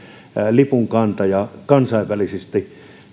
lipunkantaja kansainvälisesti